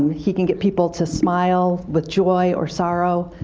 he can get people to smile with joy or sorrow,